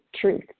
truth